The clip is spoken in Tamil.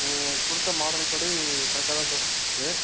நீங்கள் கொடுத்த மாடல் படி கரெக்டாக தான் சார் போயிட்டுருக்குது